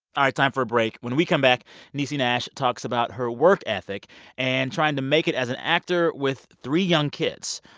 all right. time for break. when we come back, niecy nash talks about her work ethic and trying to make it as an actor with three young kids.